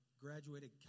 Graduated